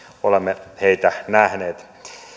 olemme heitä nähneet